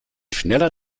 schneller